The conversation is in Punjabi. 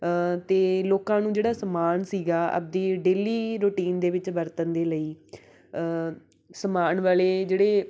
ਅਤੇ ਲੋਕਾਂ ਨੂੰ ਜਿਹੜਾ ਸਮਾਨ ਸੀਗਾ ਆਪਣੀ ਡੇਲੀ ਰੂਟੀਨ ਦੇ ਵਿੱਚ ਵਰਤਣ ਦੇ ਲਈ ਸਮਾਨ ਵਾਲੇ ਜਿਹੜੇ